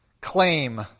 claim